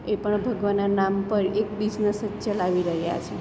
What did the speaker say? એ પણ ભગવાનના નામ પર એક બિઝનસ જ ચલાવી રહ્યા છે